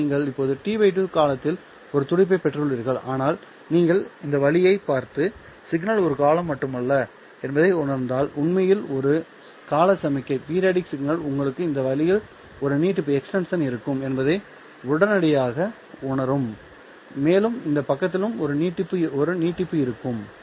எனவே நீங்கள் இப்போது T 2 காலத்தின் ஒரு துடிப்பைப் பெற்றுள்ளீர்கள் ஆனால் நீங்கள் இந்த வழியைப் பார்த்து சிக்னல் ஒரு காலம் மட்டுமல்ல என்பதை உணர்ந்தால் உண்மையில் ஒரு கால சமிக்ஞை உங்களுக்கு இந்த வழியில் ஒரு நீட்டிப்பு இருக்கும் என்பதை உடனடியாக உணரும் மேலும் இந்த பக்கத்திலும் ஒரு நீட்டிப்பு இருக்கும்